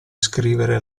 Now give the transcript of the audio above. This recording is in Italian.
scrivere